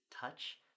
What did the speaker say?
touch